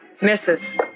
Misses